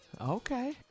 Okay